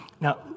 Now